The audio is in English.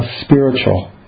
spiritual